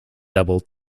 double